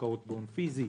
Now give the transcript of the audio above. השקעות בהון פיזי,